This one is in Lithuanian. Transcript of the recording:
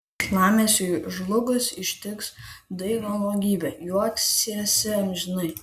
šlamesiui žlugus ištikš daigo nuogybė juoksiesi amžinai